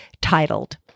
titled